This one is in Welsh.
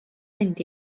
mynd